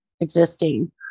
existing